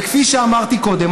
וכפי שאמרתי קודם,